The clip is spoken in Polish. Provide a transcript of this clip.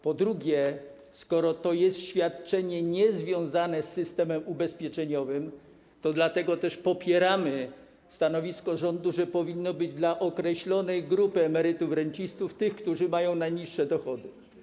Po drugie, skoro to jest świadczenie niezwiązane z systemem ubezpieczeniowym, dlatego też popieramy stanowisko rządu, że ono powinno być dla określonej grupy emerytów, rencistów, tych, którzy mają najniższe dochody.